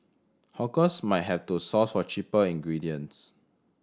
hawkers might have to source for cheaper ingredients